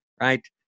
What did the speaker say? right